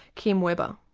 kim webber.